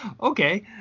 Okay